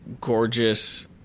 gorgeous